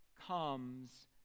comes